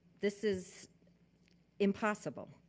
this is impossible.